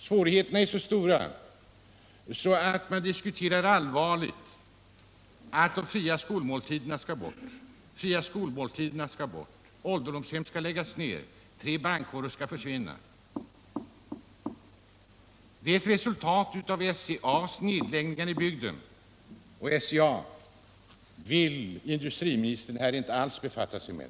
Svårigheterna är så stora att man allvarligt diskuterar att de fria skolmåltiderna skall bort, att ålderdomshem skall läggas ned, att tre brandkårer skall försvinna. Detta är resultatet av SCA:s nedläggningar i bygden — SCA vill herr industriministern här inte alls befatta sig med.